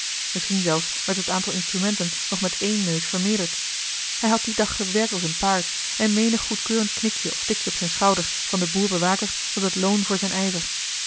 misschien zelfs werd het aantal instrumenten nog met één neus vermeerderd hij had dien dag gewerkt als een paard en menig goedkeurend knikje of tikje op zijn schouder van den boer bewaker was het loon voor zijn